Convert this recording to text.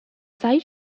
side